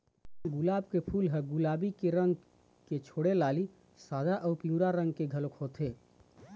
गुलाब के फूल ह गुलाबी रंग के छोड़े लाली, सादा अउ पिंवरा रंग के घलोक होथे